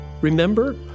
Remember